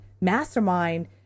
mastermind